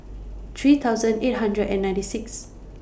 three thousand eight hundred and ninety Sixth